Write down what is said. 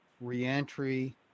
reentry